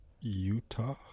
Utah